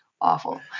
Awful